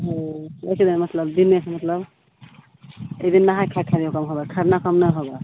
ओ एके दिन मतलब दिने कऽ मतलब एक दिन नहाय खाय खाली ओकरामे होबऽ हइ खरना सब नहि होबऽ हइ